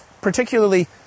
particularly